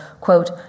quote